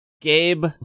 Gabe